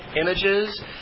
images